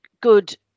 good